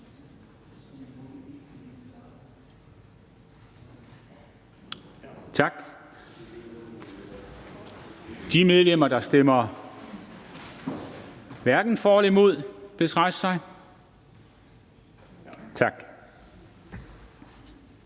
Tak. De medlemmer, der stemmer hverken for eller imod, bedes rejse sig. Tak.